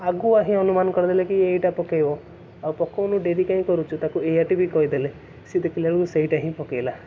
ଆଗୁଆ ହିଁ ଅନୁମାନ କରିଦେଲେ କି ଏଇଟା ପକାଇବ ଆଉ ପକଉନୁ ଡେରି କାହିଁ କରୁଛୁ ତାକୁ ଏୟାଟେ ବି କହିଦେଲେ ସେ ଦେଖିଲା ବେଳକୁ ସେଇଟା ହିଁ ପକାଇଲା